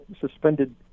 suspended